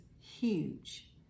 huge